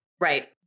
right